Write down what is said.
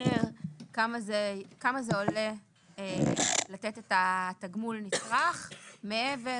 לתמחר כמה זה עולה לתת את התגמול נצרך מעבר